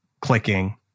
clicking